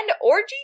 orgy